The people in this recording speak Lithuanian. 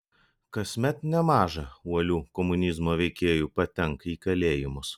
kasmet nemaža uolių komunizmo veikėjų patenka į kalėjimus